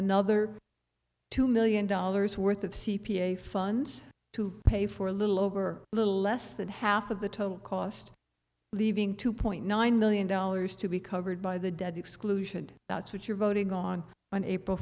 another two million dollars worth of c p a funds to pay for a little over a little less than half of the total cost leaving two point nine million dollars to be covered by the dead exclusion that's what you're voting on on april